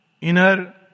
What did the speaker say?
inner